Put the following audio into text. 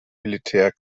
militär